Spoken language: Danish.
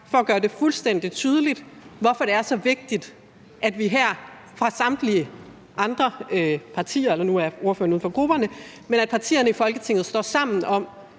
for at gøre det fuldstændig tydeligt, hvorfor det er så vigtigt, at vi her fra samtlige andre partiers side – nu er ordføreren uden for grupperne – står sammen om